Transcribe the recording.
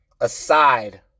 aside